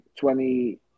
20